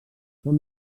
són